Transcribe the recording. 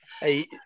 Hey